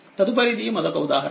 తదుపరిది మరొకఉదాహరణ